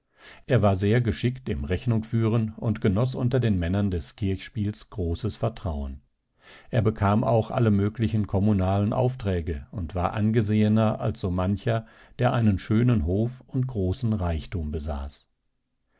er war sehr geschickt im rechnungführen und genoß unter den männern des kirchspiels großes vertrauen er bekam auch alle möglichen kommunalen aufträge und war angesehener als so mancher der einen schönen hof und großen reichtum besaß